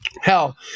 hell